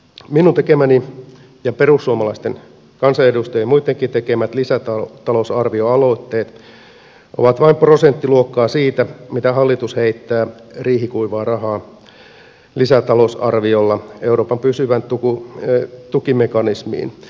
minun tekemäni ja perussuomalaisten kansanedustajien ja muittenkin tekemät lisätalousarvioaloitteet ovat vain prosenttiluokkaa siitä mitä hallitus heittää riihikuivaa rahaa lisätalousarviolla euroopan pysyvään tukimekanismiin